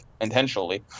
intentionally